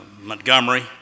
Montgomery